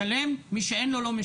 מי שיש לו, משלם, מי שאין לו, לא משלם.